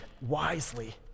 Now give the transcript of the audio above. wisely